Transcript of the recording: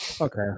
Okay